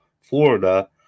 Florida